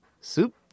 Soup